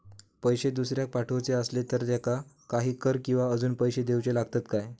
पैशे दुसऱ्याक पाठवूचे आसले तर त्याका काही कर किवा अजून पैशे देऊचे लागतत काय?